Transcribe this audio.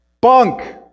Bunk